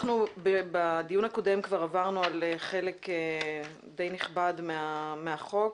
בדיון הקודם כבר עברנו על חלק די נכבד מהחוק.